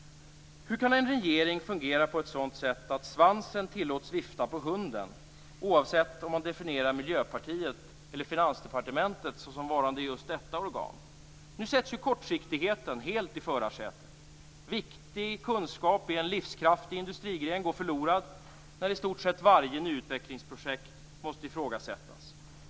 Hur kan en regering fungera på ett sådant sätt att svansen tillåts vifta på hunden, oavsett om man definierar Miljöpartiet eller Finansdepartementet såsom varande just detta organ? Nu sätts kortsiktigheten helt i förarsätet. Viktig kunskap i en livskraftig industrigren går förlorad när i stort sett varje nyutvecklingsprojekt måste ifrågasättas.